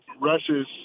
rushes